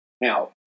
Now